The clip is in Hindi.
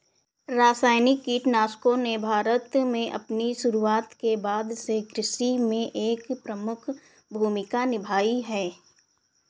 रासायनिक कीटनाशकों ने भारत में अपनी शुरूआत के बाद से कृषि में एक प्रमुख भूमिका निभाई हैं